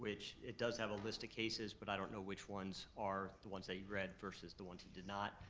which it does have a list of cases, but i don't know which ones are the ones that you read versus the ones he did not.